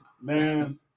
Man